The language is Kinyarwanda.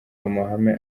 amahame